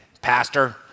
Pastor